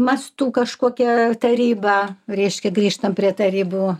mastu kažkokia taryba reiškia grįžtam prie tarybų